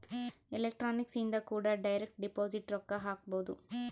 electronic ಇಂದ ಕೂಡ direct deposit ರೊಕ್ಕ ಹಾಕ್ಬೊದು